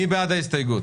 מי בעד ההסתייגות?